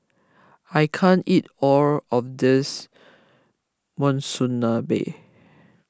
I can't eat all of this Monsunabe